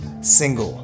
single